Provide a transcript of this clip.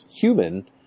human